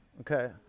Okay